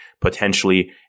potentially